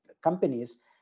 companies